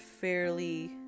fairly